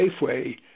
Safeway